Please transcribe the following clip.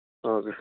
okay sir